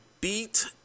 beat